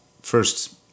first